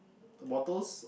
the bottles